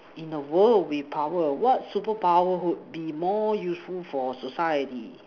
in a world with power what super power would be more useful for society